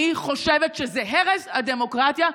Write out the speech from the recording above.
אני חושבת שזה הרס הדמוקרטיה,